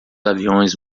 aviões